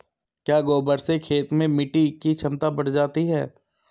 क्या गोबर से खेत में मिटी की क्षमता बढ़ जाती है?